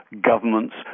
governments